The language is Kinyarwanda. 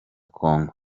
kongo